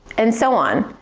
and so on,